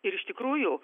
iš tikrųjų